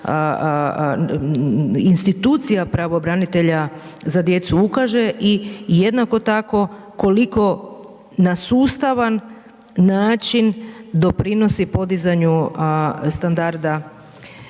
institucija pravobranitelja za djecu ukaže i jednako tako koliko na sustavan način doprinosi podizanju standarda